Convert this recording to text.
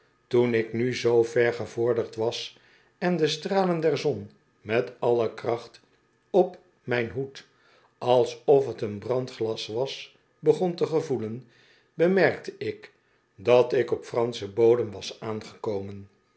toen ik nu zoo ver gevorderd was en de stralen der zon met alle kracht op mijn hoed alsof t een brandglas was begon te gevoelen bemerkte ik dat ik op franschen bodem was aangekomen